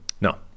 No